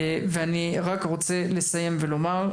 אני רוצה לסיים ולומר,